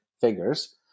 figures